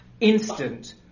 instant